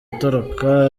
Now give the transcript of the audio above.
atoroka